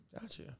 gotcha